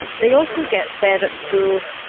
they also get fed at school.